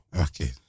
okay